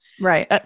right